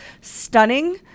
stunning